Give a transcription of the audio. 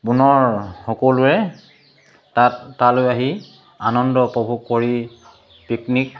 পুনৰ সকলোৱে তাত তালৈ আহি আনন্দ উপভোগ কৰি পিকনিক